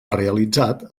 realitzat